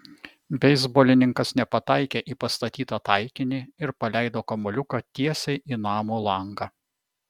beisbolininkas nepataikė į pastatytą taikinį ir paleido kamuoliuką tiesiai į namo langą